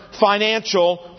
financial